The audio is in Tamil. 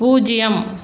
பூஜ்ஜியம்